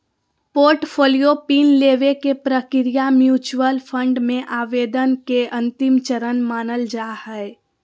portfolio pin लेबे के प्रक्रिया म्यूच्यूअल फंड मे आवेदन के अंतिम चरण मानल जा हय